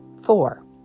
four